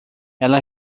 ela